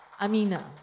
Amina